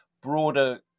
broader